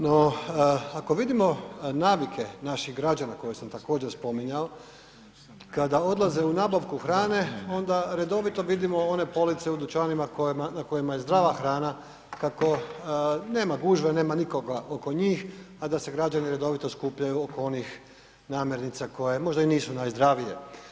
No, ako vidimo navike naših građana koje sam također spominjao kada odlaze u nabavku hrane onda redovito vidimo one police u dućanima na kojima je zdrava hrana kako nema gužve, nema nikoga oko njih, a da se građani redovito skupljaju oko onih namirnica koje možda i nisu najzdravije.